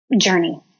journey